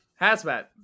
Hazmat